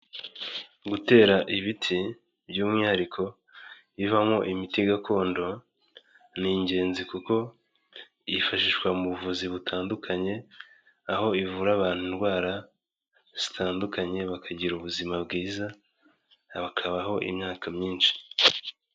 Gutera ibiti by'umwihariko ibivamo imiti gakondo, ni ingenzi kuko yifashishwa mu buvuzi butandukanye, aho ivura abantu indwara zitandukanye bakagira ubuzima bwiza, bakabaho imyaka myinshi.